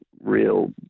real